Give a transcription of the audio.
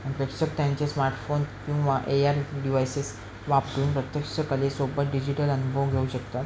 आणि प्रेक्षक त्यांचे स्मार्टफोन किंवा ए आय डिवायसेस वापरून प्रत्यक्ष कलेसोबत डिजिटल अनुभव घेऊ शकतात